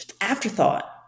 afterthought